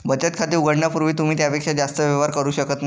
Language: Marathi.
बचत खाते उघडण्यापूर्वी तुम्ही त्यापेक्षा जास्त व्यवहार करू शकत नाही